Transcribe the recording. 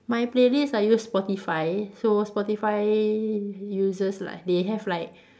my playlist I use Spotify so Spotify uses like they have like